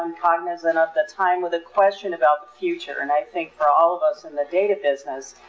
um cognizant of the time, with a question about the future. and i think for all of us in the data business,